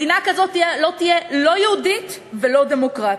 מדינה כזאת לא תהיה, לא יהודית ולא דמוקרטית.